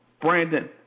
Brandon